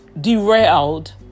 Derailed